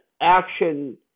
action